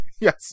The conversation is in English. yes